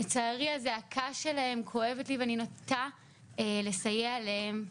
לצערי, הזעקה שלהם כואבת לי, ואני נוטה לסייע להם.